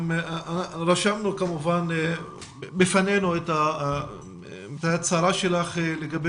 גם רשמנו בפנינו את ההצהרה שלך לגבי